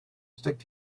stick